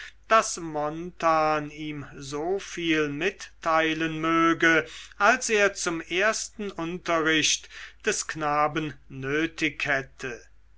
daß montan ihm so viel mitteilen möge als er zum ersten unterricht des knaben nötig hätte